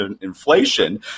inflation